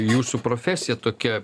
jūsų profesija tokia